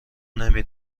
نمی